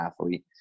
athlete